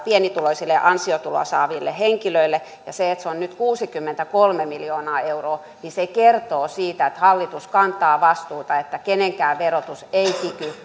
pienituloisille ansiotuloa saaville henkilöille ja se on nyt kuusikymmentäkolme miljoonaa euroa niin se kertoo siitä että hallitus kantaa vastuuta että kenenkään verotus ei kiky